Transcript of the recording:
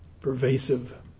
pervasive